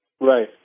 Right